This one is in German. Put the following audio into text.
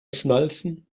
schnalzen